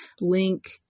link